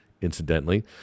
incidentally